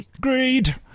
Greed